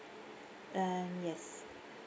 um yes